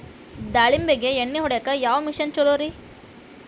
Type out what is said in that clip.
ದಾಳಿಂಬಿಗೆ ಎಣ್ಣಿ ಹೊಡಿಯಾಕ ಯಾವ ಮಿಷನ್ ಛಲೋರಿ?